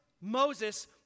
Moses